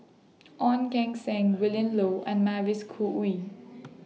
Ong Keng Sen Willin Low and Mavis Khoo Oei